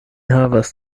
havas